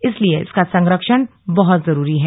इसलिए इसका संरक्षण बहत जरूरी है